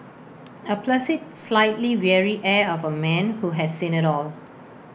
A placid slightly weary air of A man who has seen IT all